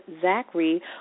Zachary